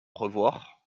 revoir